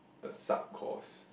a sub course